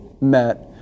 met